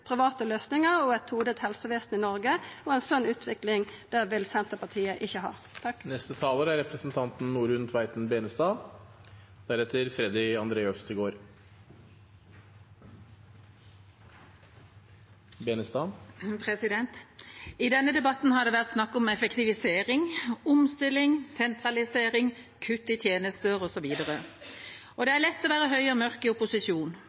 private løysingar og eit todelt helsevesen i Noreg, og ei sånn utvikling vil ikkje Senterpartiet ha. I denne debatten har det vært snakk om effektivisering, omstilling, sentralisering, kutt i tjenester, osv. Det er lett å være høy og mørk i opposisjon.